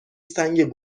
سنگ